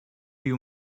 you